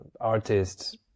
artist's